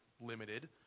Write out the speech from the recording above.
limited